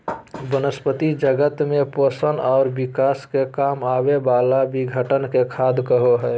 वनस्पती जगत में पोषण और विकास के काम आवे वाला विघटन के खाद कहो हइ